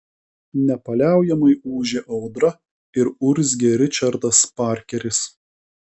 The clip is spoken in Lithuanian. nepaliaujamai ūžė audra ir urzgė ričardas parkeris